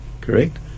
Correct